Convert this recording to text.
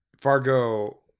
Fargo